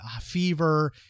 fever